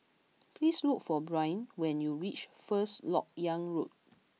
please look for Brynn when you reach First Lok Yang Road